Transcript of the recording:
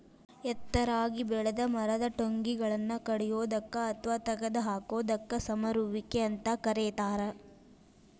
ಎತ್ತರಾಗಿ ಬೆಳೆದ ಮರದ ಟೊಂಗಿಗಳನ್ನ ಕಡಿಯೋದಕ್ಕ ಅತ್ವಾ ತಗದ ಹಾಕೋದಕ್ಕ ಸಮರುವಿಕೆ ಅಂತ ಕರೇತಾರ